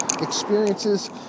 experiences